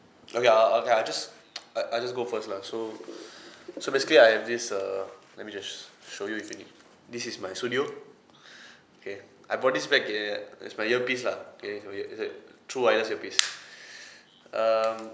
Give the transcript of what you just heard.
oh ya okay lah I just I I just go first lah so so basically I have this err let me just show you if you need this is my studio okay I bought this back err as my earpiece lah okay so ya it's a true wireless earpiece um